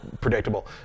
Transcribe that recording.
predictable